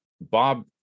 Bob